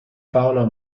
paolo